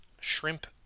shrimp